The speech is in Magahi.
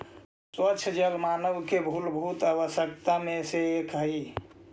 स्वच्छ जल मानव के मूलभूत आवश्यकता में से एक हई